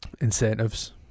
incentives